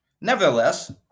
Nevertheless